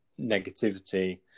negativity